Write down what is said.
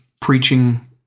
preaching